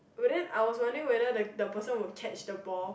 but then I was wondering whether the the person will catch the ball